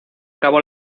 cabo